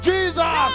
Jesus